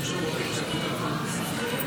זה בטח משפט חשוב.